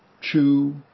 chew